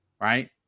right